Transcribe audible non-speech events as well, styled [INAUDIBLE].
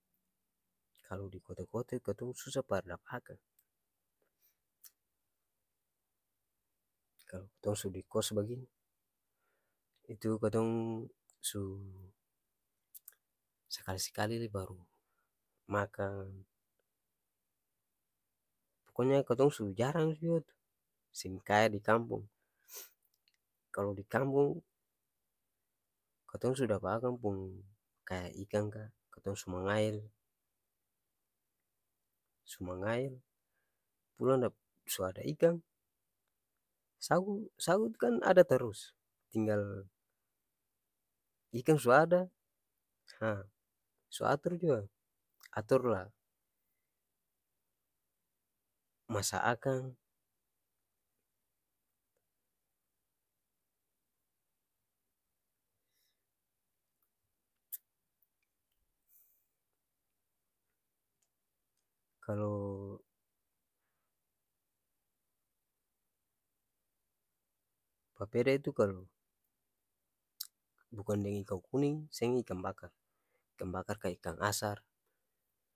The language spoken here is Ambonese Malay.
Kalo di kota-kota itu katong susa par dapa akang kalo tong su di kos bagini itu katong su sakali-skali lai baru makang poko nya katong su jarang jua tu seng kaya di kampong [NOISE] kalo di kampong katong su dapa akang pung kaya ikang ka katong su mangael su mangael pulang dap su ada ikang sagu sagu tu kan ada tarus tinggal ikang su ada ha su ator jua ator la masa akang kalo papeda itu kalo [NOISE] bukan deng ikang kuning seng ikang bakar ka ikang asar.